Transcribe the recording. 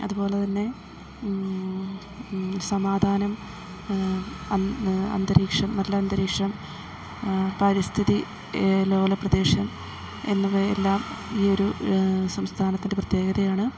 അതുപോലെതന്നെ സമാധാനം അന്തരീക്ഷം നല്ലന്തരീക്ഷം പരിസ്ഥിതി ലോല പ്രദേശം എന്നിവയെല്ലാം ഈ ഒരു സംസ്ഥാനത്തിൻ്റെ പ്രത്യേകതയാണ്